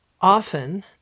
Often